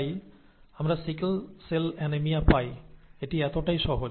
তাই আমরা sickle cell anaemia পাই এটি এতটাই সহজ